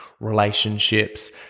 relationships